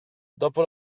dopo